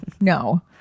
no